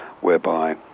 whereby